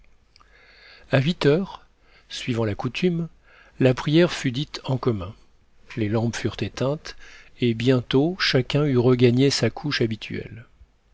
à huit heures suivant la coutume la prière fut dite en commun les lampes furent éteintes et bientôt chacun eut regagné sa couche habituelle